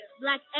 Black